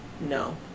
No